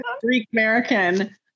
Greek-American